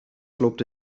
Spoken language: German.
lobte